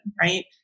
right